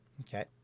Okay